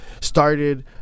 started